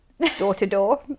Door-to-door